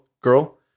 girl